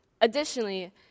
Additionally